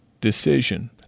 decision